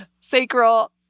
sacral